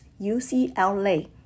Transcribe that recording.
UCLA